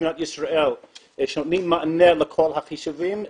במדינת ישראל שנותנים מענה לכל החישובים.